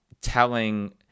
telling